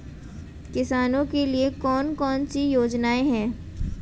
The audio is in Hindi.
किसानों के लिए कौन कौन सी योजनाएं हैं?